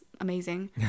amazing